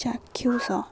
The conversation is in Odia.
ଚାକ୍ଷୁଷ